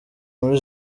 muri